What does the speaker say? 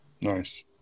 Nice